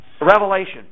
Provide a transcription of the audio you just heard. Revelation